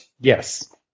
Yes